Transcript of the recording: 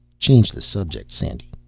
change the subject, sandy,